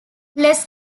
less